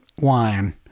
wine